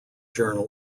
journal